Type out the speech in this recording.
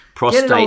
Prostate